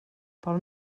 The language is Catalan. pel